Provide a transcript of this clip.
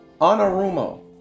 Anarumo